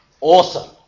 Awesome